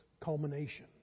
culmination